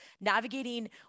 Navigating